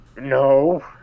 no